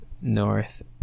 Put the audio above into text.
north